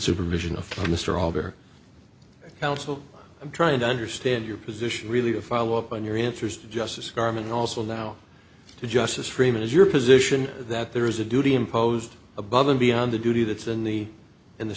supervision of mr alder counsel i'm trying to understand your position really a follow up on your answers to justice carmen also now to justice freeman is your position that there is a duty imposed above and beyond the duty that's a knee in the